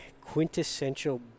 quintessential